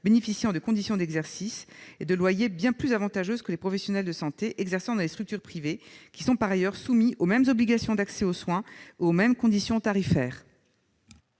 bénéficient de conditions d'exercice et de loyer bien plus avantageuses que les professionnels de santé exerçant dans des structures privées. Pourtant, ces derniers sont soumis aux mêmes obligations d'accès aux soins et aux mêmes conditions tarifaires.